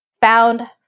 found